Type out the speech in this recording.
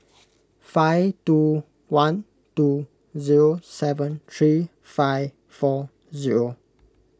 five two one two zero seven three five four zero